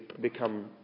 become